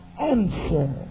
answer